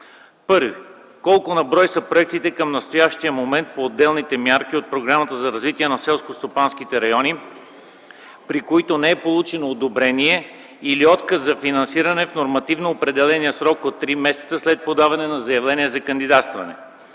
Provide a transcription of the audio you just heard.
1. Колко на брой са проектите към настоящия момент по отделните мерки от Програмата за развитие на селските райони, при които не е получено одобрение или отказ за финансиране в нормативно определения срок от три месеца след подаване на заявление за кандидатстване?